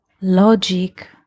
logic